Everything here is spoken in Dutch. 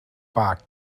paar